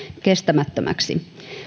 kestämättömäksi